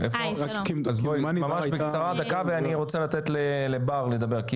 בואי, ממש בקצרה ואני רוצה לתת לבר לדבר.